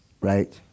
Right